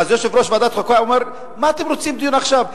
אז יושב-ראש ועדת החוקה אומר: מה אתם רוצים דיון עכשיו,